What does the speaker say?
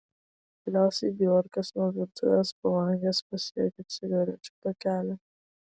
galiausiai bjorkas nuo virtuvės palangės pasiekė cigarečių pakelį